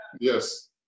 Yes